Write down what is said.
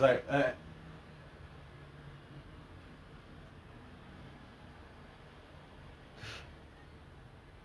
only only after I watched the movie I was like !wow! this guy is a legendary actor oh my god the way he act was amazing